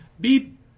beep